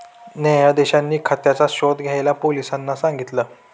न्यायाधीशांनी खात्याचा शोध घ्यायला पोलिसांना सांगितल